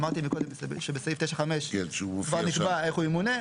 אמרתי מקודם שבסעיף 9(5) כבר נקבע איך הוא ימונה,